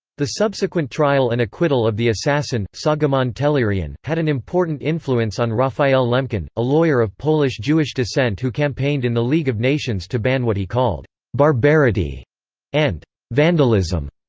the subsequent trial and acquittal of the assassin, soghomon tehlirian, had an important influence on raphael lemkin, a lawyer of polish-jewish descent who campaigned in the league of nations to ban what he called barbarity and vandalism.